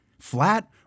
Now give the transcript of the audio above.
Flat